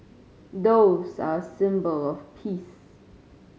doves are a symbol of peace